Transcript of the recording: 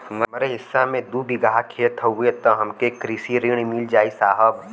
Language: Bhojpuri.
हमरे हिस्सा मे दू बिगहा खेत हउए त हमके कृषि ऋण मिल जाई साहब?